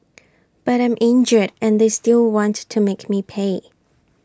but I'm injured and they still want to make me pay